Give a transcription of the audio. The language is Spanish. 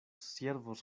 siervos